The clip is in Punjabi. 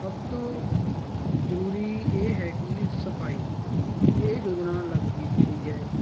ਸਭ ਤੋਂ ਜ਼ਰੂਰੀ ਇਹ ਹੈ ਕਿ ਏ ਸਫਾਈ ਇਹ ਯੋਜਨਾ ਲਾਗੂ ਕੀਤੀ ਗਈ ਹੈ